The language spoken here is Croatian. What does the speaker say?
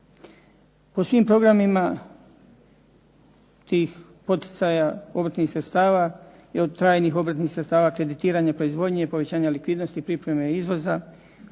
Po svim programima tih poticaja obrtnih sredstava i od trajnih obrtnih sredstava kreditiranja proizvodnje i povećanja likvidnosti i pripreme izvoza